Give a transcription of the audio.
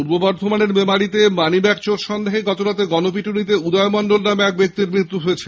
পূর্ব বর্ধমানের মেমারিতে money bag চোর সন্দেহে গতরাতে গন পিটুনিতে উদয় মন্ডল নামে এক ব্যক্তির মৃত্যু হয়েছে